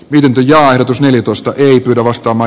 mänty ja ajatus nelikosta ei pidä vastaava